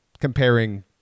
comparing